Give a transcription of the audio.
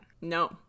no